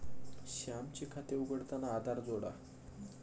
श्यामचे खाते उघडताना आधार जोडा